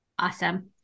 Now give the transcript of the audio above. Awesome